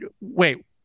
wait